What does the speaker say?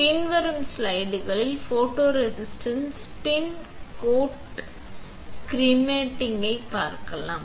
பின்வரும் ஸ்லைடுகளில் photoresist spin coating ஸ்கீமேட்டிக்காகப் பார்ப்போம்